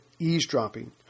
eavesdropping